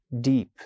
deep